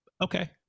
okay